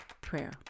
prayer